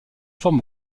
forme